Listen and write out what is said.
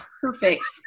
perfect